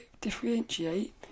differentiate